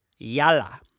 Yala